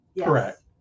Correct